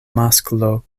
masklo